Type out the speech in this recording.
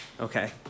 Okay